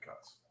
cuts